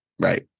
Right